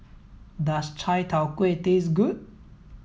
does Chai Tow Kway taste good